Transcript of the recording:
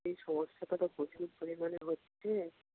এই সমস্যাটা তো প্রচুর পরিমাণে হচ্ছে